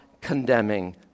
condemning